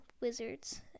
wizards